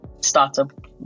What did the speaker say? startup